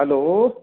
hello